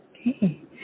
Okay